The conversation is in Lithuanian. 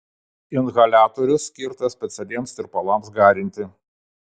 inhaliatorius skirtas specialiems tirpalams garinti